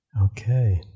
okay